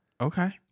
Okay